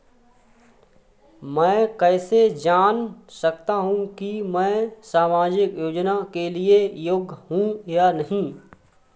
मैं कैसे जान सकता हूँ कि मैं सामाजिक योजना के लिए योग्य हूँ या नहीं?